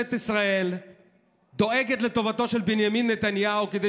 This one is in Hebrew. וממשלת ישראל דואגת לטובתו של בנימין נתניהו כדי